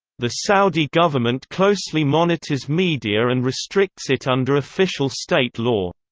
the saudi government closely monitors media and restricts it under official state law.